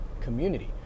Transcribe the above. community